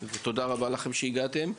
ותודה רבה שהגעתם,